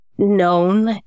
known